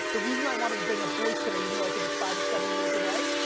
the reason i wanted to bring up voice today even though i think it's five or seven years away,